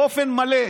באופן מלא.